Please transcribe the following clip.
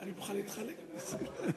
אני מוכן להתחלף עם נסים.